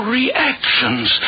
reactions